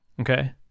okay